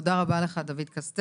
תודה רבה לך, דוד קסטל.